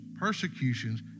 persecutions